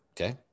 Okay